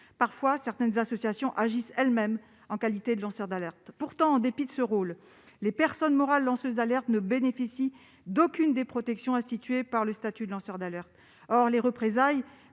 Parfois, certaines associations agissent elles-mêmes en qualité de lanceur d'alerte. Pourtant, en dépit de ce rôle, les personnes morales lanceuses d'alerte ne bénéficient d'aucune des protections instituées par ce statut. Or les représailles